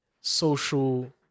social